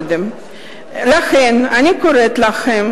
לכן אני קוראת לכם,